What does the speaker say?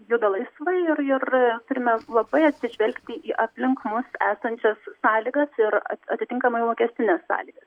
juda laisvai ir ir turime labai atsižvelgti į aplink mus esančias sąlygas ir atitinkamai mokestines sąlygas